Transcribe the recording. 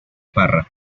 parra